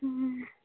ᱩᱸᱻ